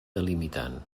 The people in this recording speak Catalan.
delimitant